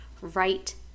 right